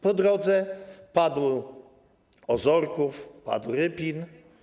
Po drodze padł Ozorków, padł Rypin.